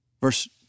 Verse